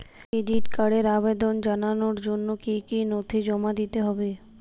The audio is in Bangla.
ক্রেডিট কার্ডের আবেদন জানানোর জন্য কী কী নথি জমা দিতে হবে?